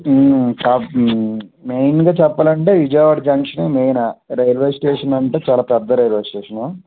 మెయిన్గా చెప్పాలంటే Vijayawada junction main railway station అంటే చాలా పెద్ద రైల్వే స్టేషను